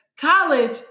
college